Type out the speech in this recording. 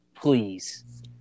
Please